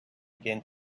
again